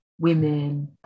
women